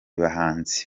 bahanzi